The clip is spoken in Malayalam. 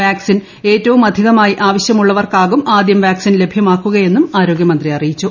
വാക്സിൻ ഏറ്റവുമധികമായി ആവശ്യമുള്ളവർക്കാകും ആദ്യം വാക്സിൻ ലഭ്യമാക്കുകയെന്നും ആരോഗ്യ മന്ത്രി അറിയിച്ചു